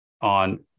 on